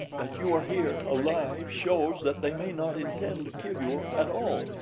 that you are here, alive, shows that they may not intend to kill you at all,